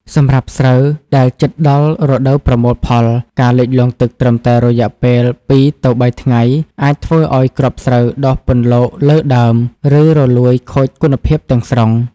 សម្រាប់ស្រូវដែលជិតដល់រដូវប្រមូលផល ការលិចទឹកត្រឹមតែរយៈពេល ២ ទៅ ៣ ថ្ងៃ អាចធ្វើឱ្យគ្រាប់ស្រូវដុះពន្លកលើដើម ឬរលួយខូចគុណភាពទាំងស្រុង។